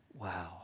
Wow